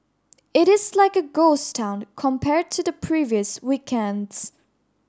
it is like a ghost town compared to the previous weekends